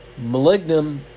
Malignum